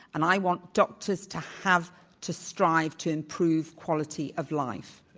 and i want doctors to have to strive to improve quality of life.